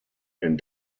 and